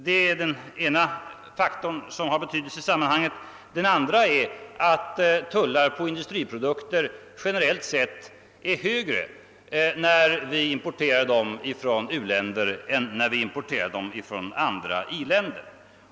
Det andra skälet av betydelse i sammanhanget är att tullar på industriprodukter generellt sett är högre när produkterna importerats från u-länder än när de importerats från andra industriländer.